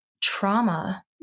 trauma